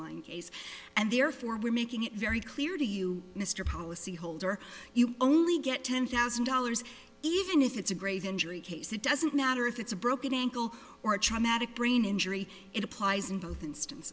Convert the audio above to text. interline case and therefore we're making it very clear to you mr policyholder you only get ten thousand dollars even if it's a grave injury case it doesn't matter if it's a broken ankle or a traumatic brain injury it applies in both instance